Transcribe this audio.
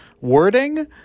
wording